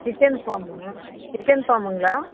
chicken ஃபார்முங்களா chicken ஃபார்முங்களா